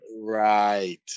Right